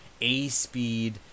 A-speed